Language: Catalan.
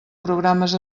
programes